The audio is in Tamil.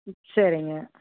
சரிங்க